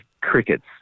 crickets